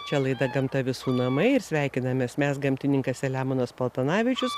čia laida gamta visų namai ir sveikinamės mes gamtininkas selemonas paltanavičius